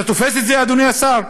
אתה תופס את זה, אדוני השר?